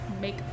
make